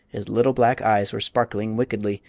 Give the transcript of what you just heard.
his little black eyes were sparkling wickedly,